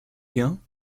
gain